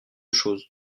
chose